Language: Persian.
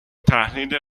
تحلیل